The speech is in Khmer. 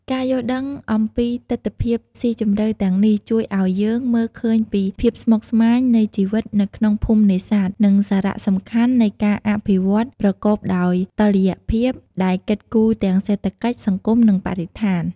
ការយល់ដឹងអំពីទិដ្ឋភាពស៊ីជម្រៅទាំងនេះ ជួយឱ្យយើងមើលឃើញពីភាពស្មុគស្មាញនៃជីវិតនៅក្នុងភូមិនេសាទ និងសារៈសំខាន់នៃការអភិវឌ្ឍន៍ប្រកបដោយតុល្យភាព ដែលគិតគូរទាំងសេដ្ឋកិច្ច សង្គម និងបរិស្ថាន។